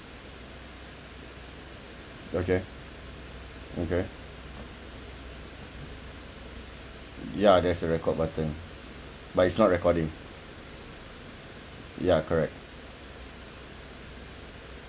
okay okay ya there's a record button but it's not recording ya correct